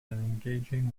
engaging